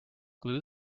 glue